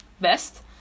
best